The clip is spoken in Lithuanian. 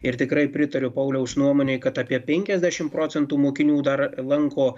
ir tikrai pritariu pauliaus nuomonei kad apie penkiasdešim procentų mokinių dar lanko